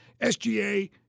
SGA